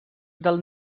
del